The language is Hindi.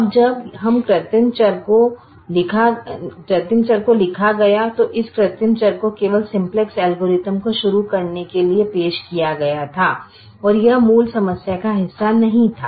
अब जब इस कृत्रिम चर को लिखा गया तो इस कृत्रिम चर को केवल सिम्पलेक्स एल्गोरिथ्म को शुरू करने के लिए पेश किया गया था और यह मूल समस्या का हिस्सा नहीं था